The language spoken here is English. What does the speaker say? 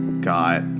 got